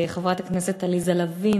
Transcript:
חברי הכנסת עליזה לביא,